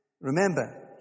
remember